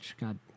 God